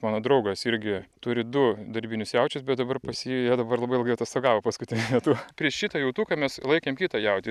mano draugas irgi turi du darbinius jaučius bet dabar pas jį jie dabar labai ilgai atostogavo paskutiniu metu prieš šitą jautuką mes laikėm kitą jautį